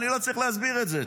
אני לא צריך להסביר את זה,